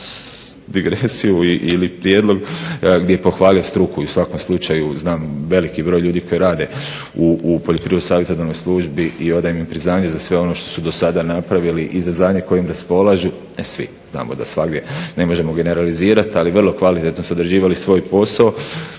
digresiju ili prijedlog gdje je pohvalio struku i u svakom slučaju znam veliki broj ljudi koji rade u Poljoprivrednoj savjetodavnoj službi i odajem im priznanje za sve ono što su do sada napravili i za znanje kojim raspolaže. Ne svi, znamo da svagdje ne može generalizirat, ali vrlo kvalitetno su odrađivali svoj posao.